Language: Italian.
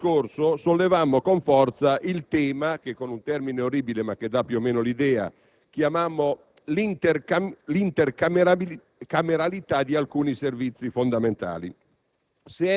L'anno scorso sollevammo con forza il tema che, con un termine orribile ma che rende l'idea, chiamammo l'intercameralità di alcuni servizi fondamentali.